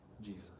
Jesus